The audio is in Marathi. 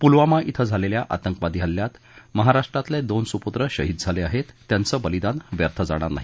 पुलवामा श्री झालेल्या आतंकवादी हल्ल्यात महाराष्ट्रातील दोन सुपूत्र शहीद झाले आहेत त्यांचे बलिदान व्यर्थ जाणार नाही